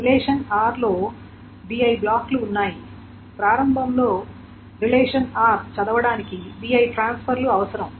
relation r లో bi బ్లాక్లు ఉన్నాయి ప్రారంభంలో రిలేషన్ r చదవడానికి bi ట్రాన్స్ఫర్లు అవసరం